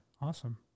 Awesome